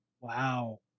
Wow